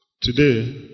Today